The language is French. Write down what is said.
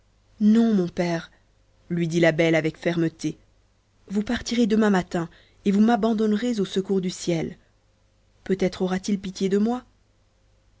non mon père lui dit la belle avec fermeté vous partirez demain matin et vous m'abandonnerez au secours du ciel peut-être aura-t-il pitié de moi